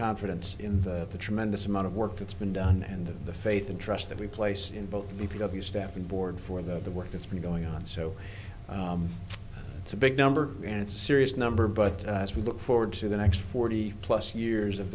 confidence in that the tremendous amount of work that's been done and the faith and trust that we place in both because of the staffing board for the work that's been going on so it's a big number and serious number but as we look forward to the next forty plus years of